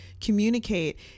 communicate